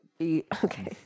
Okay